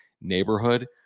neighborhood